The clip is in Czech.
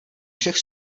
všech